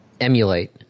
Emulate